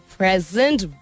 present